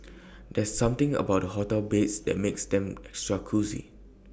there's something about hotel beds that makes them extra cosy